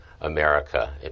America